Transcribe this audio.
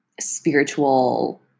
spiritual